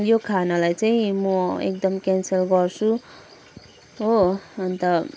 यो खानालाई चाहिँ म एकदम क्यान्सल गर्छु हो अन्त